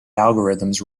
algorithms